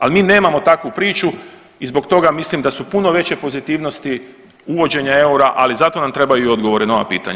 Ali mi nemamo takvu priču i zbog toga mislim da su puno veće pozitivnosti uvođenja eura, ali za to nam trebaju i odgovori na ova pitanja.